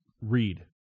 Read